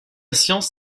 science